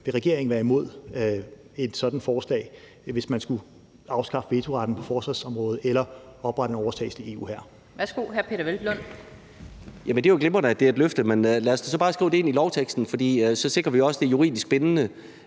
vil regeringen være imod et sådant forslag om at afskaffe vetoretten på forsvarsområdet eller om at oprette en overstatslig EU-hær.